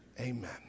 Amen